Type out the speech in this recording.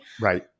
Right